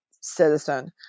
Citizen